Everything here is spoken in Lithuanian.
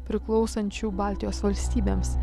priklausančių baltijos valstybėms